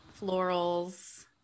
florals